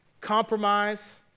compromise